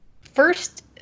first